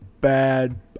bad